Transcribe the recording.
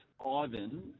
Ivan